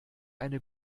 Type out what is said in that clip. eine